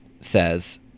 says